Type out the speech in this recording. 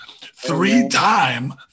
three-time